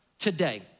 today